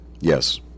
Yes